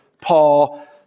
Paul